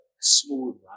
smooth